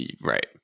right